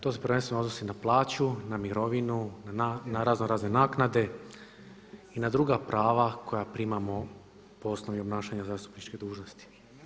To se prvenstveno odnosi na plaću, na mirovinu, na raznorazne naknade i na druga prava koja primamo po osnovi obnašanja zastupničke dužnosti.